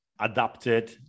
adapted